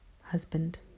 husband